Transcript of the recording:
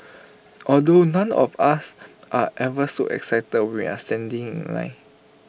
although none of us are ever so excited we're standing in line